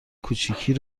کوچیکی